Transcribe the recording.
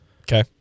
Okay